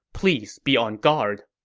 please be on guard.